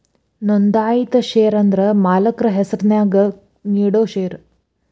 ನೋಂದಾಯಿತ ಷೇರ ಅಂದ್ರ ಮಾಲಕ್ರ ಹೆಸರ್ನ್ಯಾಗ ನೇಡೋ ಷೇರ